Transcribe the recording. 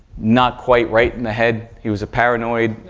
not quite right in the head. he was a paranoid,